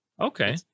Okay